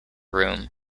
room